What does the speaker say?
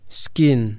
skin